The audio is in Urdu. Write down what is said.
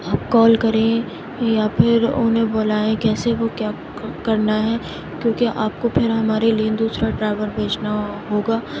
آپ کال کریں یا پھر انہیں بلائیں کیسے وہ کیا کرنا ہے کیونکہ آپ کو پھر ہمارے لیے دوسرا ڈرائیور بھیجنا ہوگا